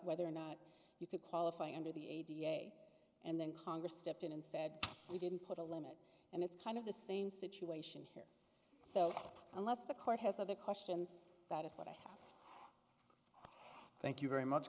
whether or not you could qualify under the a d n a and then congress stepped in and said you didn't put a limit and it's kind of the same situation here so unless the court has other questions that is what i have thank you very much